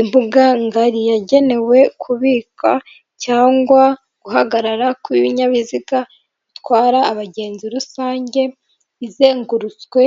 Imbugangari yagenewe kubika cyangwa guhagarara kw'ibinyabiziga bitwara abagenzi rusange izengurutswe